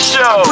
Show